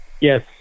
Yes